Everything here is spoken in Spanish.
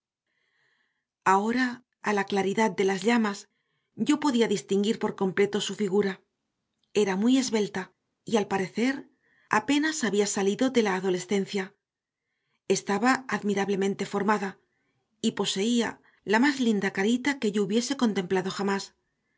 ahora a la claridad de las llamas yo podía distinguir por completo su figura era muy esbelta y al parecer apenas había salido de la adolescencia estaba admirablemente formada y poseía la más linda carita que yo hubiese contemplado jamás